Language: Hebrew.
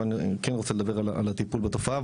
אבל אני כן רוצה לדבר על הטיפול בתופעה,